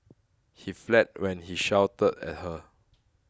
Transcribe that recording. he fled when she shouted at her